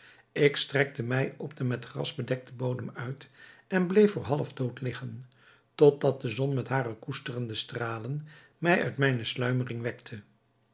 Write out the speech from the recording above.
ik strekte mij op den met gras bedekten bodem uit en bleef voor half dood liggen tot dat de zon met hare koesterende stralen mij uit mijne sluimering wekte